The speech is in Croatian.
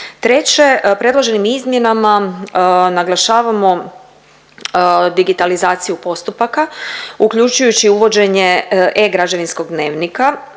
Treće, predloženim izmjenama naglašavamo digitalizaciju postupaka, uključujući i uvođenje eGrađevinskog dnevnika,